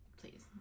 please